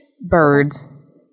Birds